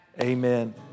Amen